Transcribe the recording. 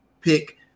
pick